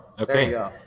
okay